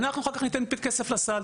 אנחנו אחר כך ניתן כסף לסל.